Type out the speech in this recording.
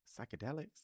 psychedelics